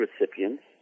recipients